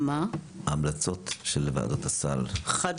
חד